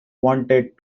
wanted